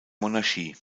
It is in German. monarchie